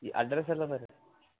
ಈ ಅಡ್ರಸ್ ಎಲ್ಲಿ ಅದ ರೀ